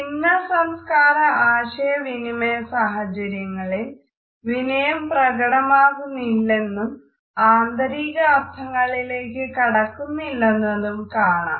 നിമ്നസംസ്കാര ആശയവിനിമയ സാഹചര്യങ്ങളിൽ വിനയം പ്രകടമാകുന്നില്ലെന്നും ആന്തരികാർത്ഥങ്ങളിലേക്ക് കടക്കുന്നില്ലെന്നതും കാണാം